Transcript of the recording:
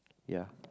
ya